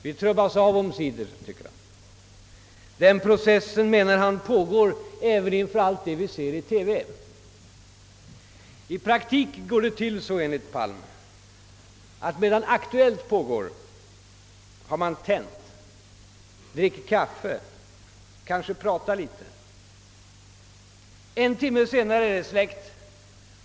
Vi trubbas av omsider, tycker han, och den processen pågår även inför allt som vi ser i TV. I praktiken går det till så, enligt Palm, att medan Aktuellt pågår har man tänt, dricker kaffe, kanske pratar litet. En timme senare är det släckt.